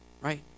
right